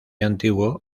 antiguo